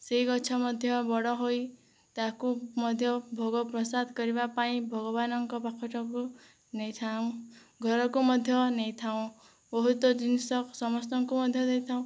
ସେହି ଗଛ ମଧ୍ୟ ବଡ଼ ହୋଇ ତାକୁ ମଧ୍ୟ ଭୋଗ ପ୍ରସାଦ କରିବା ପାଇଁ ଭଗବାନଙ୍କ ପାଖରକୁ ନେଇଥାଉ ଘରକୁ ମଧ୍ୟ ନେଇଥାଉ ବହୁତ ଜିନିଷ ସମସ୍ତଙ୍କୁ ମଧ୍ୟ ଦେଇଥାଉ